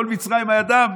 כל מצרים היה דם,